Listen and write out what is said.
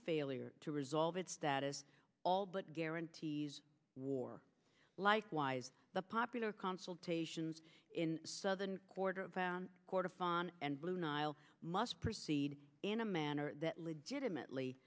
failure to resolve its that is all but guarantees war likewise the popular consultations in southern kordofan quarter fon and blue nile must proceed in a manner that legitimately